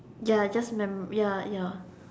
ya just ya ya